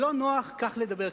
שלא נוח כך לדבר,